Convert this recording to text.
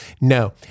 No